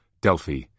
Delphi